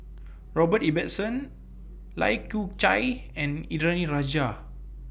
Robert Ibbetson Lai Kew Chai and Indranee Rajah